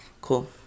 Cool